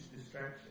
distraction